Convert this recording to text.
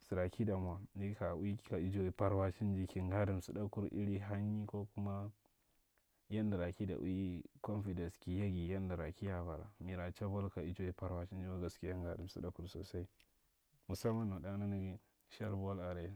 sara kida mwa ni ka ajawal parwacin ji ka ngadi msida ka da uwi confidence ki yagi ye nara ka ya bara mira cha bau ka ajawai parwaahdi kwa ya nga msiɗa sosai. Mussawan ro ɗa nandga nshar bau are.